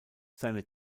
seine